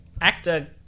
actor